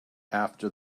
after